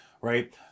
right